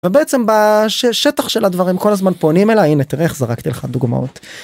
ובעצם בשטח של הדברים כל הזמן פונים אליי, הנה תראה איך זרקתי לך דוגמאות.